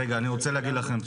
רגע אני רוצה להגיד לכם,